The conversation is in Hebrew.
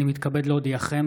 אני מתכבד להודיעכם,